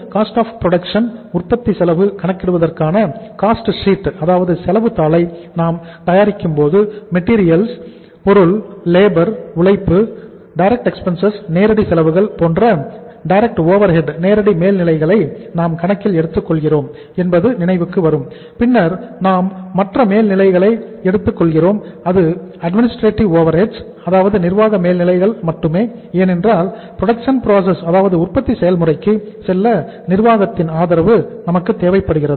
cost of goods sold அதாவது உற்பத்தி செயல்முறைக்கு செல்ல நிர்வாகத்தின் ஆதரவு நமக்கு தேவைப்படுகிறது